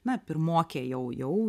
na pirmokė jau jau